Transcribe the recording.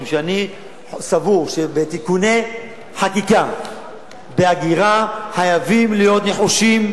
משום שאני סבור שבתיקוני חקיקה בהגירה חייבים להיות נחושים,